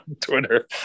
Twitter